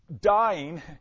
Dying